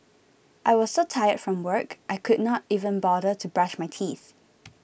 I was so tired from work I could not even bother to brush my teeth